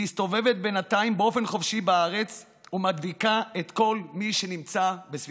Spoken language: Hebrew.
מסתובבת בינתיים באופן חופשי בארץ ומדביקה את כל מי שנמצא בסביבתה.